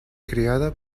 criada